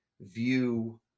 view